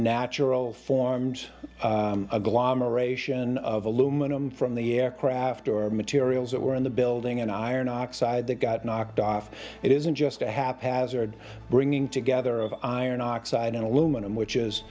natural formed agglomeration of aluminum from the air craft or materials that were in the building and iron oxide that got knocked off it isn't just a haphazard bringing together of iron oxide and aluminum which is